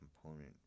component